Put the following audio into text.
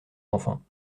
enfants